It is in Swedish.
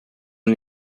det